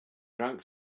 drank